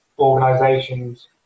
organizations